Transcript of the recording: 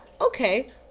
okay